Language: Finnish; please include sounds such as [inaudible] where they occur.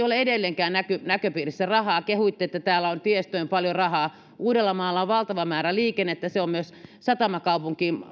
[unintelligible] ole edelleenkään näköpiirissä rahaa kehuitte että täällä on tiestöön paljon rahaa uudellamaalla on valtava määrä liikennettä ja hanko on myös satamakaupunki